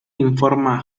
informa